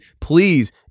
Please